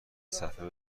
صفحه